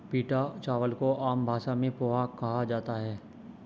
पीटा चावल को आम भाषा में पोहा कहा जाता है